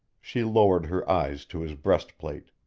she lowered her eyes to his breastplate.